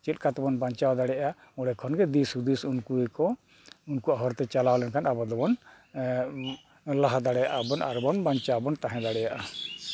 ᱪᱮᱫᱠᱟ ᱛᱮᱵᱚᱱ ᱵᱟᱧᱪᱟᱣ ᱫᱟᱲᱮᱭᱟᱜᱼᱟ ᱚᱸᱰᱮ ᱠᱷᱚᱱ ᱫᱤᱥ ᱦᱩᱫᱤᱥ ᱩᱱᱠᱩ ᱜᱮ ᱠᱚ ᱩᱱᱠᱣᱟᱜ ᱦᱚᱨᱛᱮ ᱪᱟᱞᱟᱣ ᱞᱮᱱᱠᱷᱟᱱ ᱟᱵᱚ ᱫᱚᱵᱚᱱ ᱞᱟᱦᱟ ᱫᱟᱲᱮᱭᱟᱜᱼᱟ ᱟᱨ ᱵᱚᱱ ᱵᱟᱧᱪᱟᱣ ᱵᱚᱱ ᱛᱟᱦᱮᱸ ᱫᱟᱲᱮᱭᱟᱜᱼᱟ